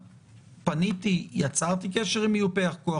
אין מינוי בבית משפט,